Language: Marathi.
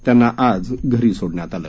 त्यांना आज घरी सोडण्यात आलं